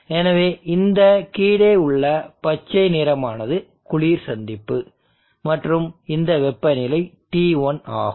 எனவே இந்த கீழே உள்ள பச்சை நிறமானது குளிர் சந்திப்பு மற்றும் இந்த வெப்பநிலை T1 ஆகும்